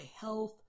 health